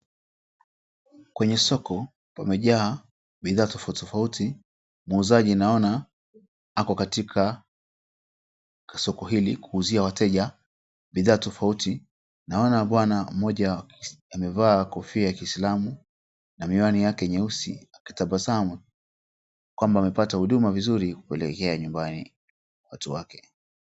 Kwenye soko kumejaa bidhaa tofauti tofauti, muuzaji naona ako katika soko hili kuuzia wateja bidhaa tofauti, naona bwana mmoja amevaa kofia ya Kiislamu na miwani yake nyeusi anatabasamu kana kwamba amepata huduma yake vizuri na anaelekea nyumbani.